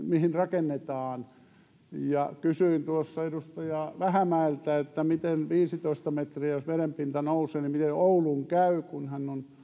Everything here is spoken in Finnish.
mihin rakennetaan kysyin tuossa edustaja vähämäeltä että jos viisitoista metriä vedenpinta nousee niin miten oulun käy kun hän on